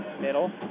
middle